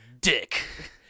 Dick